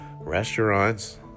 Restaurants